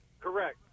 correct